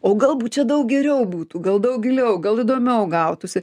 o galbūt čia daug geriau būtų gal daug giliau gal įdomiau gautųsi